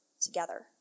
together